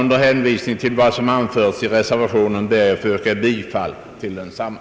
Under hänvisning till vad som anförts i reservationen ber jag, herr talman, att få yrka bifall till densamma.